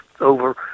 over